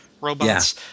robots